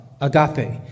agape